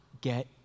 get